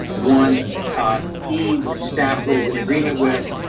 one ah e which staff was in agreement with.